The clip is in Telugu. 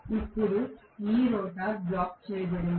ఇప్పుడు ఈ రోటర్ బ్లాక్ చేయబడింది